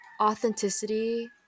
authenticity